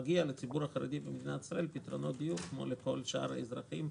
מגיעים לציבור החרדי במדינת ישראל פתרונות דיור כמו לכל שאר האזרחים,